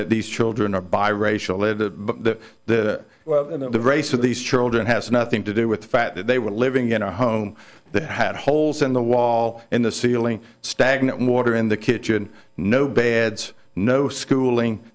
that these children are biracial of the that the race of these children has nothing to do with the fact that they were living in a home that had holes in the wall in the ceiling stagnant water in the kitchen no beds no schooling